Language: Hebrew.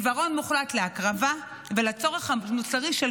עיוורון מוחלט להקרבה ולצורך המוסרי של